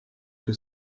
que